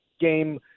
game